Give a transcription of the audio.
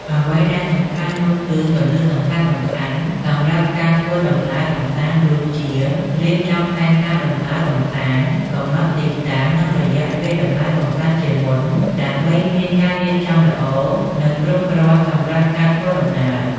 អ្វីដែលសំខាន់នោះគឺគន្លឹះសំខាន់ៗសម្រាប់ការធ្វើដំណើរកម្សាន្តដូចជារៀបចំផែនការដំណើរកំសាន្ត កំណត់ទីតាំង និងរយៈពេលដំណើរកំសាន្តជាមុន ដើម្បីមាន ការរៀបចំល្អ និងគ្រប់គ្រាន់សម្រាប់ការធ្វើដំណើរ។